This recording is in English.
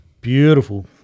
Beautiful